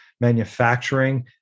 Manufacturing